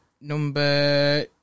Number